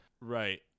Right